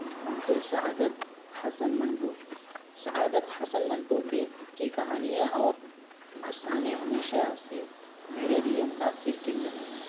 منٹو سعادت حسن منٹو سعادت حسن منٹو کے کی کہانیاں اور افسانے ہمیشہ سے میرے لیے متأثر کن رہے ہیں